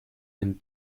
ein